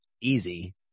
easy